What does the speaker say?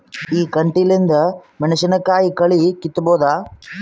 ಈ ಕಂಟಿಲಿಂದ ಮೆಣಸಿನಕಾಯಿ ಕಳಿ ಕಿತ್ತಬೋದ?